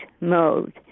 mode